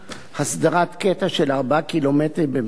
הסדרת קטע של 4 קילומטרים באמצעות